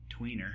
tweener